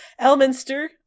Elminster